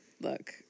Look